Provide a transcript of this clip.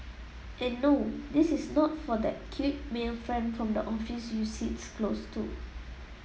and no this is not for that cute male friend from the office you sits close to